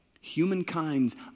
humankind's